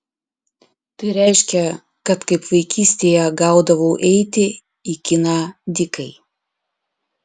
tai reiškė kad kaip vaikystėje gaudavau eiti į kiną dykai